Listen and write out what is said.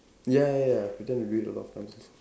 ya ya ya pretend to do it a lot of times